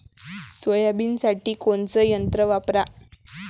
सोयाबीनसाठी कोनचं यंत्र वापरा?